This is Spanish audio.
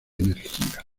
energía